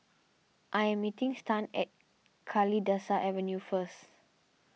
I am meeting Stan at Kalidasa Avenue first